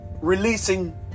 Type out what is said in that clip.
releasing